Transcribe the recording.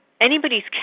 anybody's